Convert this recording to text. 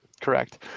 correct